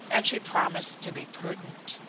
and she promised to be prudent.